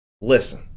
listen